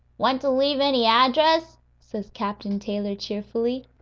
want to leave any address? says captain taylor, cheerfully.